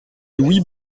louis